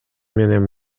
менен